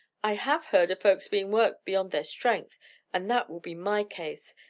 i have heard of folks being worked beyond their strength and that will be my case,